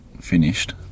finished